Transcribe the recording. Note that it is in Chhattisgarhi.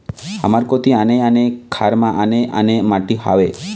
हमर कोती आने आने खार म आने आने माटी हावे?